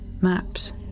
maps